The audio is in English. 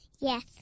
Yes